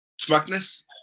Smugness